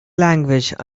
language